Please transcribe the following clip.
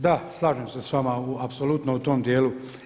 Da slažem se s vama apsolutno u tom djelu.